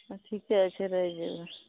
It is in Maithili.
ठीके छै रहि जेबय